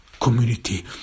community